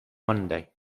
monday